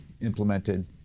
implemented